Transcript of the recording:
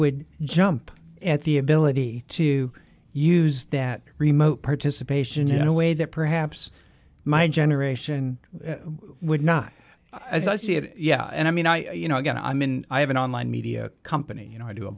would jump at the ability to use that remote participation in a way that perhaps my generation would not as i see it yeah and i mean i you know again i mean i have an online media company you know i do a